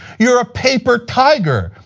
you are a paper tiger.